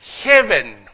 heaven